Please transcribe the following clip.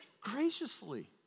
graciously